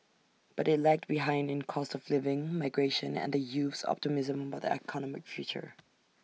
but IT lagged behind in cost of living migration and the youth's optimism about their economic future